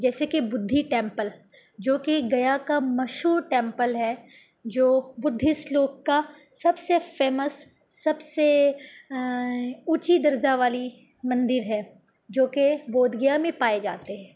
جیسے کہ بدھھی ٹیمپل جوکہ گیا کا مشہور ٹیمپل ہے جو بدھسٹ لوگ کا سب سے فیمس سب سے اونچی درجہ والی مندر ہے جوکہ بودھ گیا میں پائے جاتے ہیں